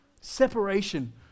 Separation